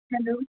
hello